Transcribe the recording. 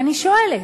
ואני שואלת.